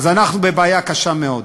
אז אנחנו בבעיה קשה מאוד.